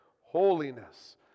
holiness